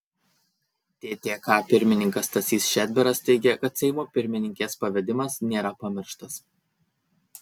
ttk pirmininkas stasys šedbaras teigė kad seimo pirmininkės pavedimas nėra pamirštas